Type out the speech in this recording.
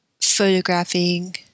photographing